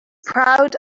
proud